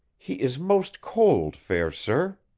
he is most cold, fair sir.